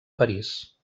parís